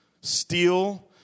steal